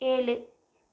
ஏழு